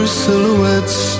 silhouettes